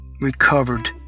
recovered